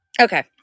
okay